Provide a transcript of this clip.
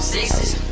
Sixes